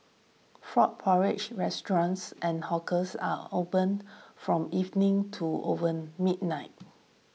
frog porridge restaurants and hawkers are opened from evening to over midnight